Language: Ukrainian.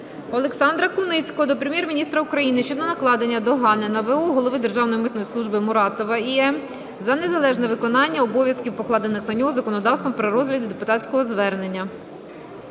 Олександра Куницького до Прем'єр-міністра України щодо накладення догани на в.о. голови Державної митної служби Муратова І.М. за неналежне виконання обов'язків покладених на нього законодавством при розгляді депутатського звернення.